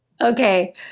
Okay